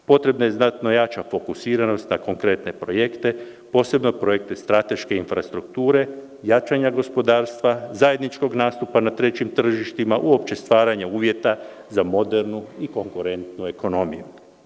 Potrebna je znatno jača fokusiranost na konkretne projekte, posebno projekte strateške infrastrukture, jačanja gospodarstva, zajedničkog nastupa na trećim tržištima, uopšte stvaranja uvjeta za modernu i konkurentnu ekonomiju.